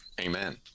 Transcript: amen